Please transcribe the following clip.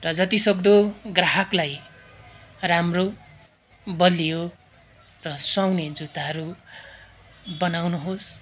र जतिसक्दो ग्राहकलाई राम्रो बलियो र सुहाउने जुत्ताहरू बनाउनुहोस्